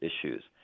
issues